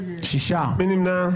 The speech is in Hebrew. מי נמנע?